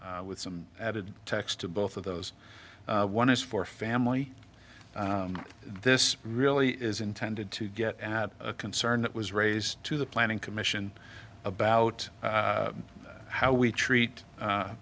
with some added tax to both of those one is for family this really is intended to get at a concern that was raised to the planning commission about how we treat